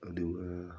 ꯑꯗꯨꯒ